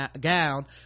gown